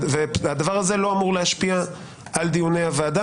והדבר הזה לא אמור להשפיע על דיוני הוועדה,